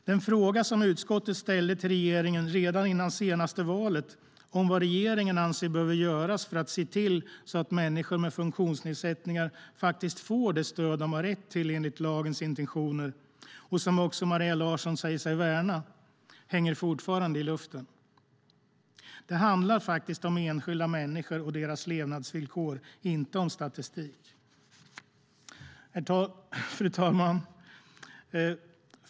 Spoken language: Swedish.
Den fråga utskottet ställde till regeringen redan före senaste valet om vad regeringen anser behöver göras för att se till att människor med funktionsnedsättningar faktiskt får det stöd de har rätt till enligt lagens intentioner, vilket också Maria Larsson säger sig värna, hänger fortfarande i luften. Det handlar faktiskt om enskilda människor och deras levnadsvillkor, inte om statistik. Fru talman!